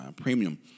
premium